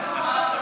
לא.